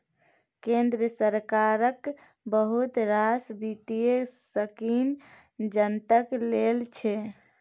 केंद्र सरकारक बहुत रास बित्तीय स्कीम जनता लेल छै